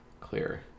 Clear